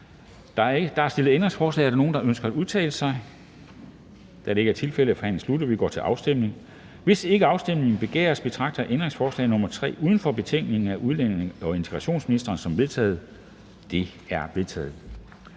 Der er stillet ændringsforslag. Er der nogen, der ønsker at udtale sig? Da det ikke er tilfældet, er forhandlingen sluttet, og vi går til afstemning. Kl. 10:45 Afstemning Formanden (Henrik Dam Kristensen): Hvis ikke afstemning begæres, betragter jeg ændringsforslag nr. 3 uden for betænkningen af udlændinge- og integrationsministeren som vedtaget. Det er vedtaget.